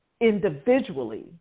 individually